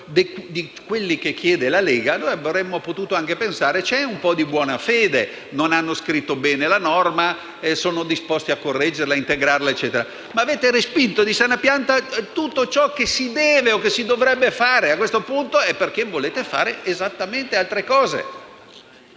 di quelli chiesti dalla Lega, avremmo potuto anche pensare che c'è un po' di buona fede; non hanno scritto bene la norma e sono disposti a correggerla, a integrarla e quant'altro. Ma avete respinto di sana pianta tutto ciò che si deve o che si dovrebbe fare. A questo punto è perché volete fare esattamente altre cose.